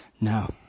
No